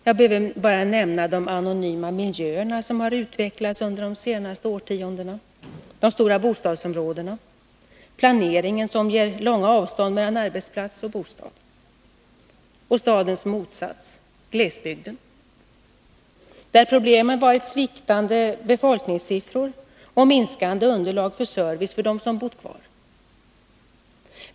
Jag behöver bara nämna de anonyma miljöer som utvecklats under de senaste årtiondena: de stora bostadsområdena, planeringen som ger långa avstånd mellan arbetsplats och bostad, och stadens motsats glesbygden, där problemen varit vikande befolkningssiffror och minskande underlag för service för dem som bott kvar.